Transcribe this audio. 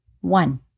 One